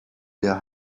der